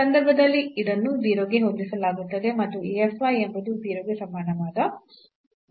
ಈ ಸಂದರ್ಭದಲ್ಲಿ ಇದನ್ನು 0 ಗೆ ಹೊಂದಿಸಲಾಗುತ್ತದೆ ಮತ್ತು ಈ ಎಂಬುದು 0 ಗೆ ಸಮಾನವಾದ ಆಗಿದೆ